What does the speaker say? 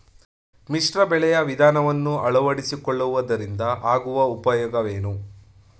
ಮಿಶ್ರ ಬೆಳೆಯ ವಿಧಾನವನ್ನು ಆಳವಡಿಸಿಕೊಳ್ಳುವುದರಿಂದ ಆಗುವ ಉಪಯೋಗವೇನು?